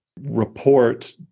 report